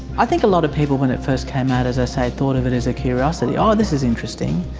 i think a lot of people when it first came out, as i say, thought of it as a curiosity, oh this is interesting.